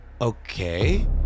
Okay